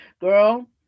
girl